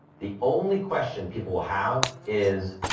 the only question people will have is,